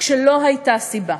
כשלא הייתה סיבה.